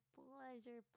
pleasure